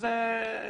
אז טעות היא בידיך.